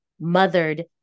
mothered